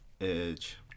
Edge